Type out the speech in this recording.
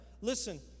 Listen